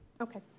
Okay